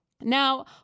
Now